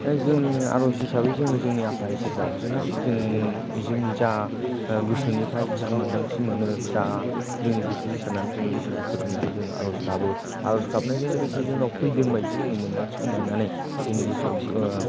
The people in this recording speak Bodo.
दा जोंनि आर'ज हिसाबै जोङो जोंनि आफा इसोर गाब्रिनाय जों जोंनि जा गोसोनिफ्राय जा मोनदांथि मोनो जा जोंनि गोसो होसारनानै जोंनि इसोर फोथायनानै जों आर'ज गाबो आर'ज गाबनायजों लोगोसे जोंनाव फैदोंबायदि जोङो मोनदांथिखौ मोननानै जोंनि गोसोआव